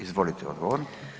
Izvolite odgovor.